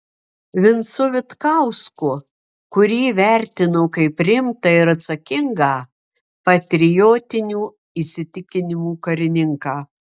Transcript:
vincu vitkausku kurį vertino kaip rimtą ir atsakingą patriotinių įsitikinimų karininką